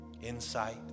Insight